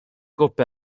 coppe